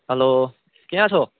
હાલો ક્યાં છો